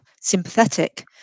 sympathetic